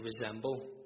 resemble